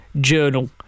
journal